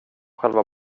själva